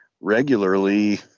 regularly